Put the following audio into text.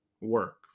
work